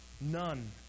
None